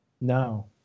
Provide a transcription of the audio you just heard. No